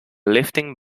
lifting